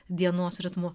dienos ritmu